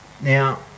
Now